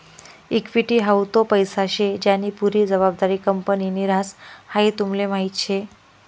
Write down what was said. equity हाऊ तो पैसा शे ज्यानी पुरी जबाबदारी कंपनीनि ह्रास, हाई तुमले माहीत शे